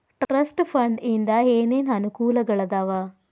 trust fund ಇಂದ ಏನೇನ್ ಅನುಕೂಲಗಳಾದವ